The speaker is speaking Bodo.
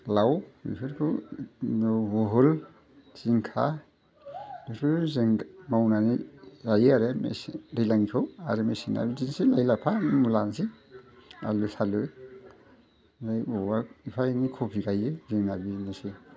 लाव बेफोरखौ बहल जिंखा बेफोरखौ जों मावनानै जायो आरो मेसें दैज्लांनिखौ आरो मेसेंना बिदिनोसै लाइ लाफा मुलायानोसै आलु सालु ओमफाय अबावबा एफा एनै खबि गायो जोंना बेनोसै